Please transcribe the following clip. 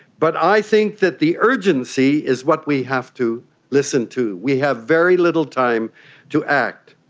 but i think that the urgency is what we have to listen to. we have very little time to act.